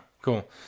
cool